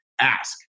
ask